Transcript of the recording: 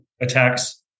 attacks